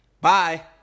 Bye